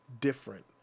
different